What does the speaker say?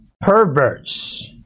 perverts